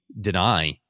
deny